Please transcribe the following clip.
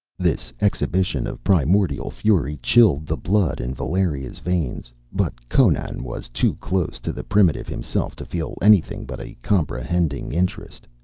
this exhibition of primordial fury chilled the blood in valeria's veins, but conan was too close to the primitive himself to feel anything but a comprehending interest.